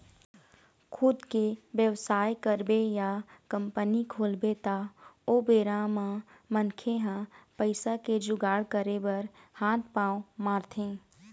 खुद के बेवसाय करबे या कंपनी खोलबे त ओ बेरा म मनखे ह पइसा के जुगाड़ करे बर हात पांव मारथे